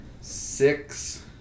six